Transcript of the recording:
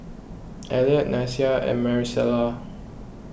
Eliot Nyasia and Marisela